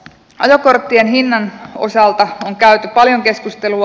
ajokorttien hinnan osalta on käyty paljon keskustelua